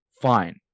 Fine